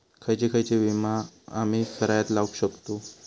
खयची खयची बिया आम्ही सरायत लावक शकतु?